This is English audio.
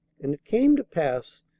and it came to pass,